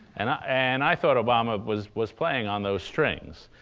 and i and i thought obama was was playing on those strings.